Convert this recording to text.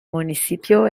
municipio